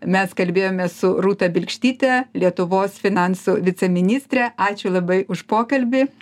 mes kalbėjomės su rūta bilkštyte lietuvos finansų viceministre ačiū labai už pokalbį